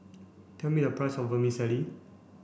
tell me a price of Vermicelli